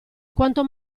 quanto